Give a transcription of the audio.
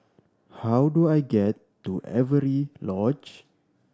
how do I get to Avery Lodge